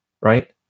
right